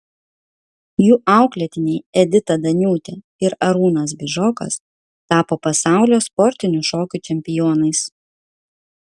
jų auklėtiniai edita daniūtė ir arūnas bižokas tapo pasaulio sportinių šokių čempionais